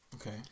Okay